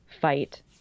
fight